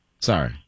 Sorry